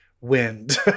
wind